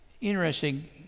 Interesting